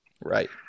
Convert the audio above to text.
Right